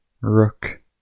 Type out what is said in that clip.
rook